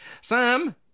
Sam